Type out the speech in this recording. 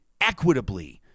equitably